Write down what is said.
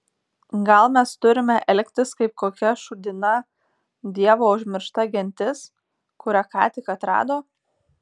gal mes turime elgtis kaip kokia šūdina dievo užmiršta gentis kurią ką tik atrado